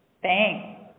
Thanks